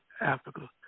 Africa